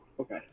Okay